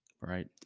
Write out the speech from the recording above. Right